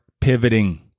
pivoting